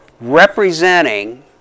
representing